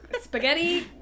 spaghetti